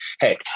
hey